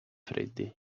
freddi